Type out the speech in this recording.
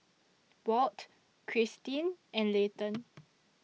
Walt Kristyn and Layton